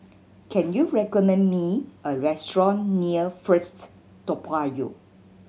can you recommend me a restaurant near First Toa Payoh